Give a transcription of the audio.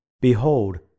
Behold